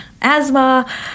asthma